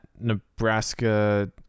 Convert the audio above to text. Nebraska